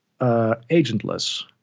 agentless